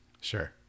Sure